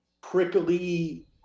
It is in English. prickly